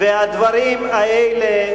והדברים האלה,